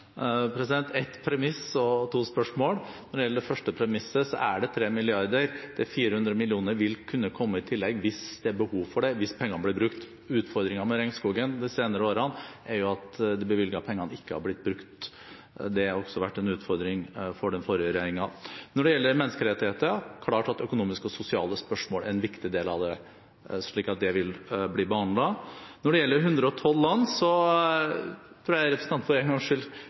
ett premiss og to spørsmål. Når det gjelder det første premisset, er det 3 mrd. kr. 400 mill. kr vil kunne komme i tillegg hvis det er behov for det – hvis pengene blir brukt. Utfordringen med regnskogen de senere årene er at de bevilgede pengene ikke har blitt brukt. Det har også vært en utfordring for den forrige regjeringen. Når det gjelder menneskerettigheter, er det klart at økonomiske og sosiale spørsmål er en viktig del av det, og det vil bli behandlet. Når det gjelder 112 land, tror jeg at representanten Solhjell for en